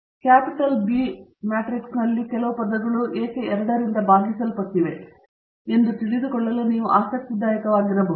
ರಾಜಧಾನಿ B ಮ್ಯಾಟ್ರಿಕ್ಸ್ನಲ್ಲಿನ ಕೆಲವು ಪದಗಳು ಏಕೆ 2 ರಿಂದ ಭಾಗಿಸಲ್ಪಟ್ಟಿವೆ ಎಂದು ನೀವು ತಿಳಿದುಕೊಳ್ಳಲು ಆಸಕ್ತಿದಾಯಕವಾಗಿರಬಹುದು